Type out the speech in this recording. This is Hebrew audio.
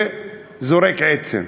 וזורק עצם.